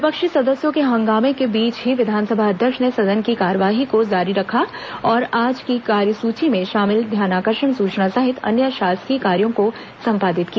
विपक्षी सदस्यों के हंगामे के बीच ही विधानसभा अध्यक्ष ने सदन की कार्यवाही को जारी रखा और आज की कार्यसुची में शामिल ध्यानाकर्षण सुचना सहित अन्य शासकीय कार्यों को संपादित किया